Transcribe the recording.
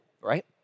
Right